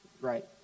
right